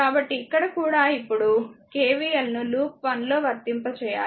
కాబట్టి ఇక్కడ కూడా ఇప్పుడు KVLను లూప్ 1 లో వర్తింపచేయాలి